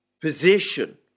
position